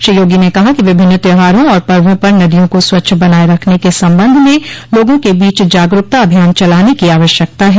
श्री योगी ने कहा कि विभिन्न त्यौहारों और पर्वो पर नदियों को स्वच्छ बनाये रखने के संबंध में लोगों के बीच जागरूकता अभियान चलाने की आवश्यकता है